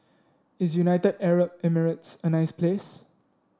is United Arab Emirates a nice place